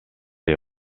est